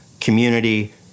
community